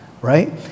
right